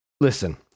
listen